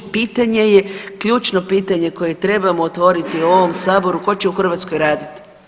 Pitanje je, ključno pitanje koje trebamo otvoriti u ovom Saboru, tko će u Hrvatskoj raditi?